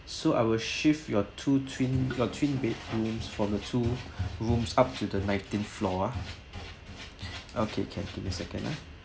so I will shift your two twin your twin bedrooms from the two rooms up to the nineteenth floor ah okay can me a second ah